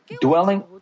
dwelling